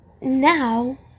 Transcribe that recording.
now